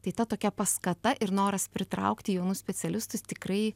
tai ta tokia paskata ir noras pritraukti jaunus specialistus tikrai